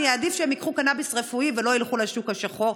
אני אעדיף שהם ייקחו קנביס רפואי ולא ילכו לשוק השחור.